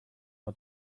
hat